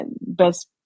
best